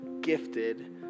gifted